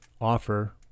offer